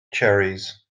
cherries